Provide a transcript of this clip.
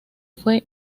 fue